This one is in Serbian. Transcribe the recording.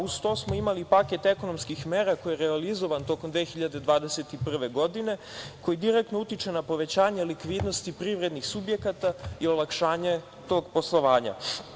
Uz to smo imali paket ekonomskih mera koji je realizovan tokom 2021. godine, koji direktno utiče na povećanje likvidnosti privrednih subjekata i olakšanje tog poslovanja.